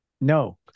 no